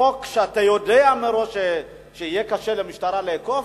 חוק שאתה יודע מראש שיהיה קשה למשטרה לאכוף,